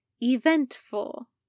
eventful